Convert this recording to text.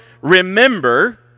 remember